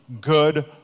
good